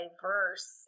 diverse